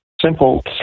simple